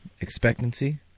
expectancy